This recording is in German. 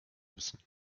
müssen